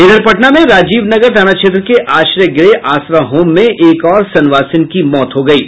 इधर पटना में राजीवनगर थाना क्षेत्र के आश्रय गृह आसरा होम में एक और संवासिन की मौत हो गई है